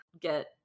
get